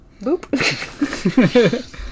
Boop